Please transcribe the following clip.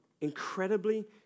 incredibly